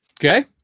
Okay